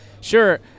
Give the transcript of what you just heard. sure